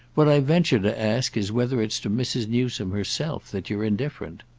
what i venture to ask is whether it's to mrs. newsome herself that you're indifferent.